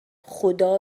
خدا